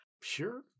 Sure